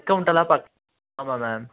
discount எல்லாம் ஆமாம் ma'am